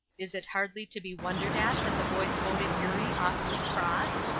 is it hardly to be wondered at that the boys voted eurie awfully cross?